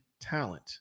talent